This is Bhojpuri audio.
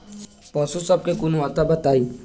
पशु सब के गुणवत्ता बताई?